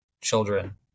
children